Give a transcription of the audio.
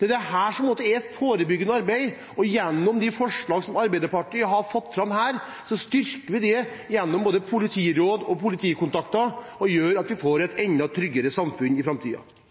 Det er dette som er forebyggende arbeid, og med de forslag som Arbeiderpartiet har satt fram her, styrker vi det gjennom både politiråd og politikontakter, som gjør at vi får et enda tryggere samfunn i